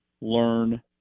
learn